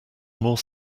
more